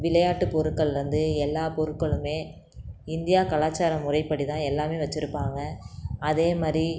விளையாட்டுப் பொருட்கள்லிருந்து எல்லா பொருட்களுமே இந்தியா கலாச்சார முறைப்படி தான் எல்லாமே வச்சுருப்பாங்க அதே மாதிரி